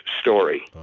story